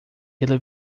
pela